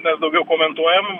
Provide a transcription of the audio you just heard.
mes daugiau komentuojam